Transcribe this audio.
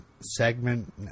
segment